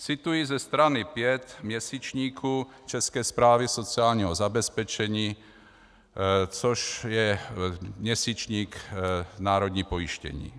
Cituji ze strany 5 měsíčníku České správy sociálního zabezpečení, což je měsíčník Národní pojištění.